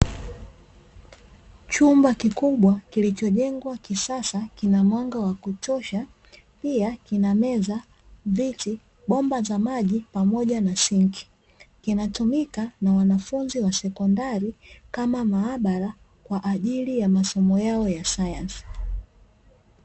Chumba kikubwa kilichojengwa kisasa kina mwanga wa kutosha, pia kina meza, viti, bomba za maji pamoja na sinki, kinatumika na wanafunzi wa sekondari kama maabara, kwa ajili ya masomo yao ya sayansi.